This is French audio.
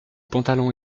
pantalon